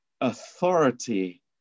authority